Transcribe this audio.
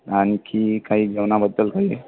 आणखी काही जेवणाबद्दल काही